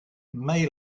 may